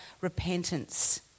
repentance